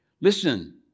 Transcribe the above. Listen